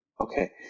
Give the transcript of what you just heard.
Okay